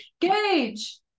Gage